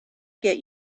get